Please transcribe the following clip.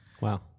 Wow